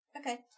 Okay